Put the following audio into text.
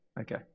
Okay